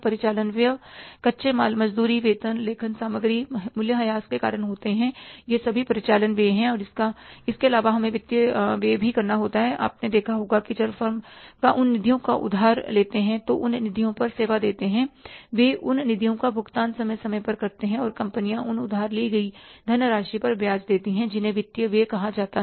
परिचालन व्यय कच्चे माल मजदूरी वेतन लेखन सामग्री मूल्यह्रास के कारण होते हैं ये सभी परिचालन व्यय हैं और इसके अलावा हमें वित्तीय व्यय भी करना पड़ता है आपने देखा होगा कि जब फर्म उन निधियों को उधार लेते हैं तो उन निधियों पर सेवा देते हैं वे उन निधियों का भुगतान समय समय पर करते हैं और कंपनियां उन उधार ली गई धनराशि पर ब्याज देती हैं जिन्हें वित्तीय व्यय कहा जाता है